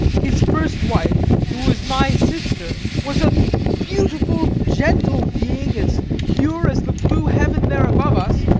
his first wife, who was my sister, was a beautiful, gentle being, as pure as the blue heaven there above us,